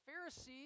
Pharisees